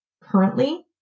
currently